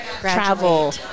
travel